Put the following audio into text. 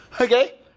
Okay